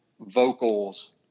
vocals